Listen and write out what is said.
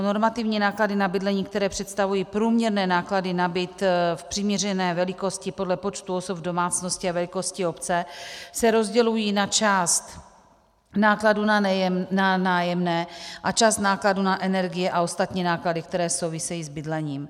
Normativní náklady na bydlení, které představují průměrné náklady na byt přiměřené velikosti podle počtu osob v domácnosti a velikosti obce, se rozdělují na část nákladů na nájemné a část nákladů na energie a ostatní náklady, které souvisejí s bydlením.